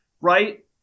right